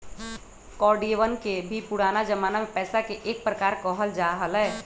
कौडियवन के भी पुराना जमाना में पैसा के एक प्रकार कहल जा हलय